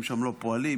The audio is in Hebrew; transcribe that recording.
העסקים שם לא פועלים,